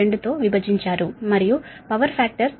2 తో విభజించారు మరియు పవర్ ఫాక్టర్ 0